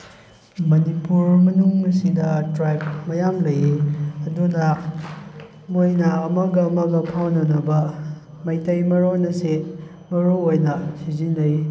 ꯃꯅꯤꯄꯨꯔ ꯃꯅꯨꯡ ꯑꯁꯤꯗ ꯇ꯭ꯔꯥꯏꯕ ꯃꯌꯥꯝ ꯂꯩꯌꯦ ꯑꯗꯨꯅ ꯃꯣꯏꯅ ꯑꯃꯒ ꯑꯃꯒ ꯐꯥꯎꯅꯅꯕ ꯃꯩꯇꯩ ꯃꯔꯣꯟ ꯑꯁꯦ ꯃꯔꯨ ꯑꯣꯏꯅ ꯁꯤꯖꯤꯟꯅꯩ